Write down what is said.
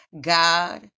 God